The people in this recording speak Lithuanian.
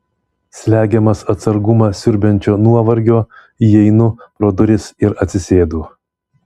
slegiamas atsargumą siurbiančio nuovargio įeinu pro duris ir atsisėdu